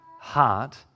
heart